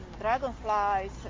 dragonflies